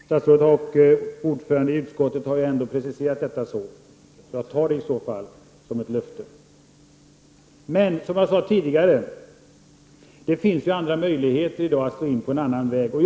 Statsrådet och ordföranden i utskottet har preciserat det på ett sådant sätt att jag tar det som ett löfte. Som jag sade tidigare, finns det i dag möjligheter att slå in på andra vägar.